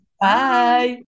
Bye